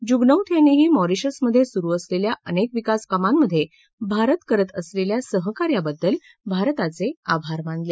जुगनौथ यांनीही मॉरिशसमध्ये सुरु असलेल्या अनेक विकासकामांमध्ये भारत करत असलेल्या सहकार्याबद्दल भारताचे आभार मानले